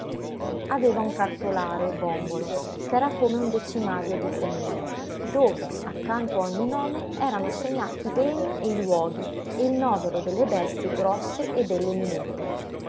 aveva un cartolare bòmbolo ch'era come un decimario di comune dove accanto a ogni nome erano segnati i beni e i luoghi e il novero delle bestie grosse e delle minute